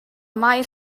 maer